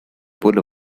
pull